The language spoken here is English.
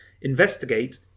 Investigate